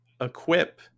equip